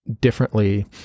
differently